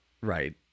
Right